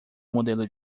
modelo